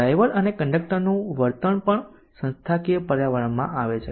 driver અને conductor નું વર્તન પણ સંસ્થાકીય પર્યાવરણમાં આવે છે